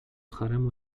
haremu